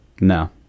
No